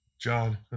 John